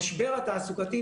המשבר התעסוקתי,